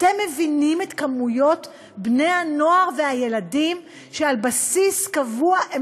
אתם מבינים את מספרי בני הנוער והילדים שעל בסיס קבוע הם